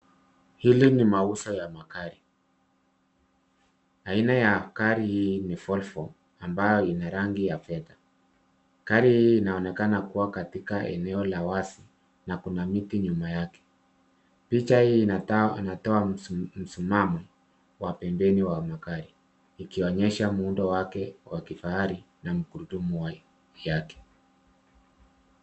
Hii ni mauzo ya magari. Aina ya gari hii ni volvo ambayo ina rangi ya fedha. Gari hii inaonekana kuwa katika eneo la wazi, na kunaonekana kuna miti nyuma yake. Picha hii inatoa msimamo wa pembeni wa magari, ikionyesha muundo wake wa fahari na magurudumu yake.